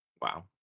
Wow